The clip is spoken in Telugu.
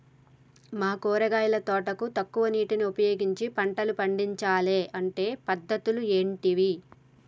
మా కూరగాయల తోటకు తక్కువ నీటిని ఉపయోగించి పంటలు పండించాలే అంటే పద్ధతులు ఏంటివి?